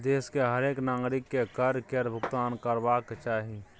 देशक हरेक नागरिककेँ कर केर भूगतान करबाक चाही